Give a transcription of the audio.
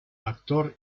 actor